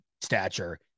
stature